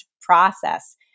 process